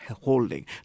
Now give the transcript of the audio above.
holding